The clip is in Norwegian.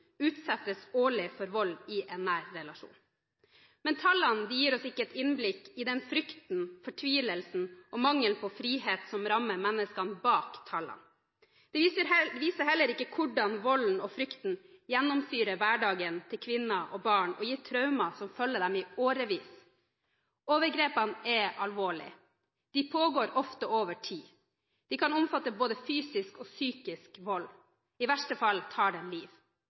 utsettes årlig for vold i en nær relasjon. Men disse tallene gir oss ikke et innblikk i den frykten, fortvilelsen og mangelen på frihet som rammer menneskene bak tallene. De viser heller ikke hvordan volden og frykten gjennomsyrer hverdagen til kvinner og barn og gir traumer som følger dem i årevis. Overgrepene er alvorlige, de pågår ofte over tid, de kan omfatte både fysisk og psykisk vold og i verste fall tar de liv.